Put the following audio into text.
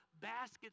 baskets